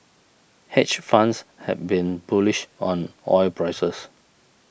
hedge funds have been bullish on oil prices